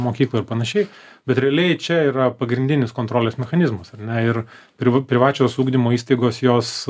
mokyklą ir panašiai bet realiai čia yra pagrindinis kontrolės mechanizmas ar ne ir priv privačios ugdymo įstaigos jos